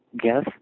gas